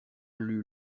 lut